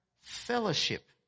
fellowship